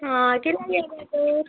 हां केन्ना येयलें तर